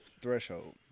Threshold